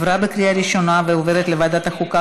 לוועדת החוקה,